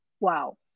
wow